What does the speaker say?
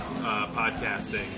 podcasting